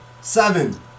Seven